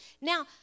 Now